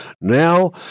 Now